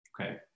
okay